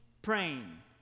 praying